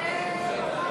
נתקבלו.